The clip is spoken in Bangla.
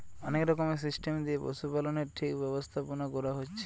অনেক রকমের সিস্টেম দিয়ে পশুপালনের ঠিক ব্যবস্থাপোনা কোরা হচ্ছে